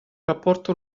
rapporto